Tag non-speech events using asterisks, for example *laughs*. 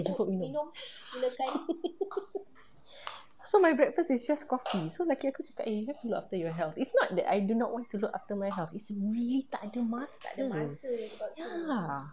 eh jemput minum *laughs* so my breakfast is just coffee so laki aku cakap you have to look after your health is not that I do not want to look after my health is really tak ada masa ya